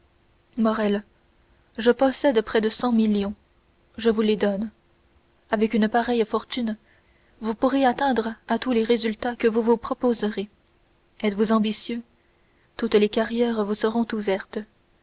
morrel je possède près de cent millions je vous les donne avec une pareille fortune vous pourrez atteindre à tous les résultats que vous vous proposerez êtes-vous ambitieux toutes les carrières vous seront ouvertes